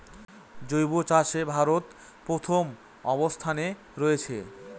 জৈব চাষে ভারত প্রথম অবস্থানে রয়েছে